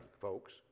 folks